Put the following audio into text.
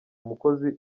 umukozi